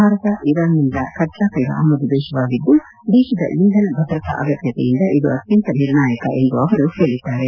ಭಾರತ ಇರಾನ್ನಿಂದ ಕಚ್ಚಾಕೈಲ ಆಮದು ದೇಶವಾಗಿದ್ದು ದೇಶದ ಇಂಧನ ಭದ್ರತಾ ಅಗತ್ಯತೆಯಿಂದ ಇದು ಅತ್ಯಂತ ನಿರ್ಣಾಯಕ ಎಂದು ಅವರು ಹೇಳಿದ್ದಾರೆ